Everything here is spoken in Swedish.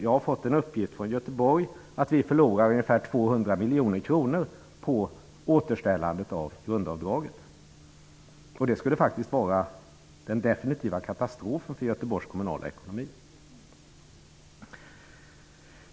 Jag har fått en uppgift från Göteborg att vi förlorar ca 200 miljoner kronor på återställandet av grundavdraget. Det skulle vara den definitiva katastrofen för den kommunala ekonomin i Göteborg.